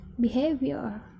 behavior